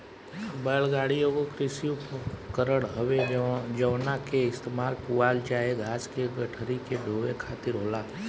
बैल गाड़ी एगो कृषि उपकरण हवे जवना के इस्तेमाल पुआल चाहे घास के गठरी के ढोवे खातिर होला